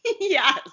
yes